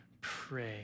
Pray